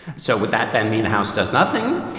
so with that then mean the house does nothing.